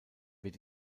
wird